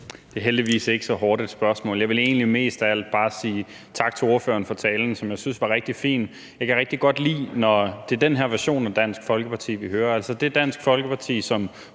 Carl Valentin (SF): Jeg vil egentlig mest af alt bare sige tak til ordføreren for talen, som jeg synes var rigtig fin. Jeg kan rigtig godt lide, når det er den her version af Dansk Folkeparti, vi hører, altså det Dansk Folkeparti, som